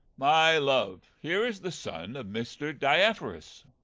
my love, here is the son of mr. diafoirus.